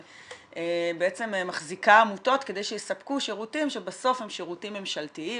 בעצם מחזיקה עמותות כדי שיספקו שירותים שבסוף הם שירותים ממשלתיים,